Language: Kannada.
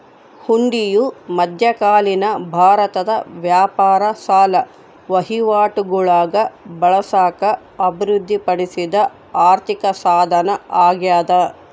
ಹುಂಡಿಯು ಮಧ್ಯಕಾಲೀನ ಭಾರತದ ವ್ಯಾಪಾರ ಸಾಲ ವಹಿವಾಟುಗುಳಾಗ ಬಳಸಾಕ ಅಭಿವೃದ್ಧಿಪಡಿಸಿದ ಆರ್ಥಿಕಸಾಧನ ಅಗ್ಯಾದ